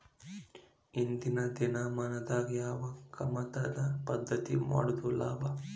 ಇಂದಿನ ದಿನಮಾನದಾಗ ಯಾವ ಕಮತದ ಪದ್ಧತಿ ಮಾಡುದ ಲಾಭ?